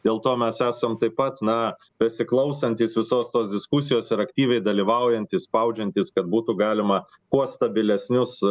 dėl to mes esam taip pat na besiklausantys visos tos diskusijos ir aktyviai dalyvaujantys spaudžiantys kad būtų galima kuo stabilesnius